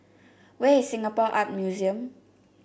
where is Singapore Art Museum